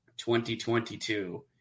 2022